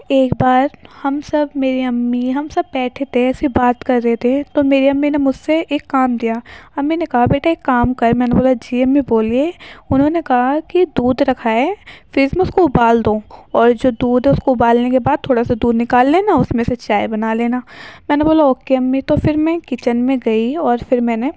ایک بار ہم سب میری امی ہم سب بیٹھے تھے ایسے بات کر رہے تھے تو میری امی نے مجھ سے ایک کام دیا امی نے کہا بیٹے ایک کام کر میں نے بولا جی امی بولیے انہوں نے کہا کہ دودھ رکھا ہے فریج میں اس کو ابال دو اور جو دودھ ہے اس کو ابالنے کے بعد تھوڑا سا دودھ نکال لینا اس میں سے چائے بنا لینا میں نے بولا اوکے امی تو پھر میں کچن میں گئی اور پھر میں نے